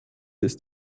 ist